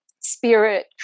spirit